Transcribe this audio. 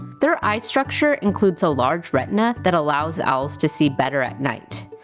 their eye structure includes a large retina that allows owls to see better at night.